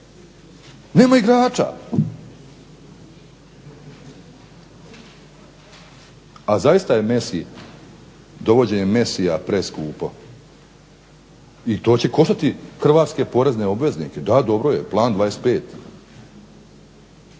nema igrača. A zaista je dovođenje Messia preskupo. I to će koštati hrvatske porezne obveznike, da dobro je plan 25.